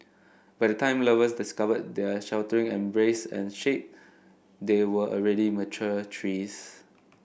by the time lovers discovered their sheltering embrace and shade they were already mature trees